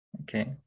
Okay